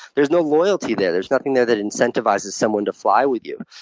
there's no loyalty there. there's nothing there that incentivizes someone to fly with you.